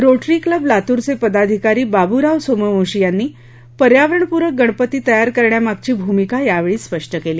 rotary club Latur चे पदाधिकारी बाबुराव सोमवंशी यांनी पर्यावरणपुरक गणपती तयार करण्या मागची भूमिका यावेळी स्पष्ट केली